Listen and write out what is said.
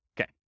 Okay